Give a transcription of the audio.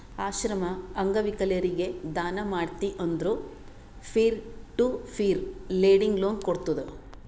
ಆಶ್ರಮ, ಅಂಗವಿಕಲರಿಗ ದಾನ ಮಾಡ್ತಿ ಅಂದುರ್ peer to peer lending loan ಕೋಡ್ತುದ್